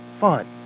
fun